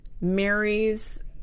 marries